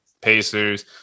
Pacers